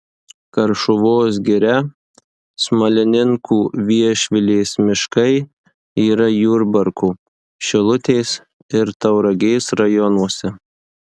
karšuvos giria smalininkų viešvilės miškai yra jurbarko šilutės ir tauragės rajonuose